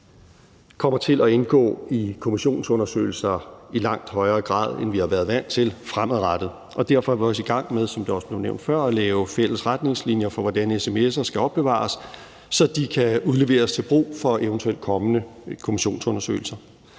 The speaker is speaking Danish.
kommer til at indgå i kommissionsundersøgelser i langt højere grad, end vi har været vant til, og derfor er vi også i gang med, som det også blev nævnt før, at lave fælles retningslinjer for, hvordan sms'er skal opbevares, så de kan udleveres til brug for eventuelt kommende kommissionsundersøgelser.